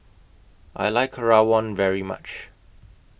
I like Rawon very much